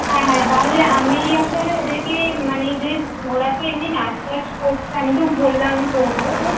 হ্যাঁ হ্যাঁ তাহলে আমি আসলে ওদেরকে মানে যে ওরা তো এমনি নাচ টাচ করছে আমি তো বললাম করব তো